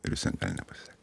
ir vis vien gali nepasisekt